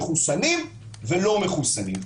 מחוסנים ולא מחוסנים.